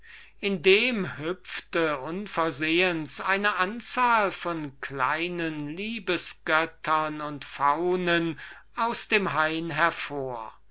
werfen als unversehens eine anzahl von kleinen liebesgöttern und faunen aus dem hain hervorhüpfte